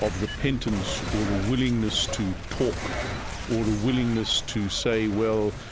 of repentance or a willingness to talk or a willingness to say, well,